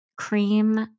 cream